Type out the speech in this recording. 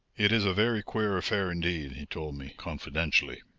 it is a very queer affair, indeed, he told me confidentially.